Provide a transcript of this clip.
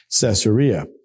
Caesarea